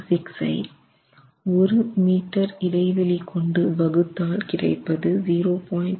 26 ஐ 1 மீட்டர் இடைவெளி கொண்டு வகுத்தால் கிடைப்பது 0